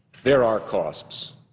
there are costs.